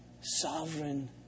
sovereign